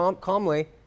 calmly